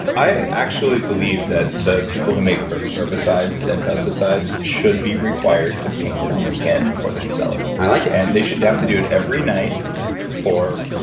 i actually believe that the people who make herbicides and pesticides should be required to paint it on their skin before they can sell it i like it and they should have to do it every night for,